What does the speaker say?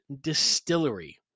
Distillery